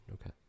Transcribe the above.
Okay